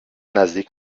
نزدیک